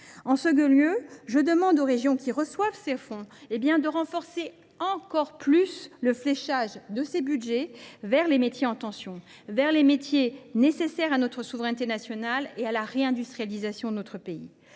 En second lieu, je demande aux régions qui reçoivent ces fonds de renforcer encore davantage le fléchage de ces crédits vers les métiers en tension, vers les métiers nécessaires à notre souveraineté nationale et à la réindustrialisation de notre pays.